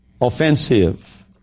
Offensive